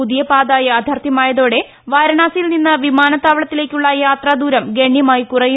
പുതിയ പാത യാഥാർത്ഥ്യമായതോടെ വാരണാസിയിൽ നിന്ന് വിമാനത്താവളത്തിലേക്കുള്ള യാത്രാദൂരം ഗണ്യമായി കുറയും